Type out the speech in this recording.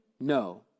No